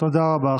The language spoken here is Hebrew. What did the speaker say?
תודה רבה.